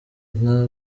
nka